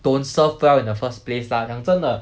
don't serve well in the first place lah 讲真的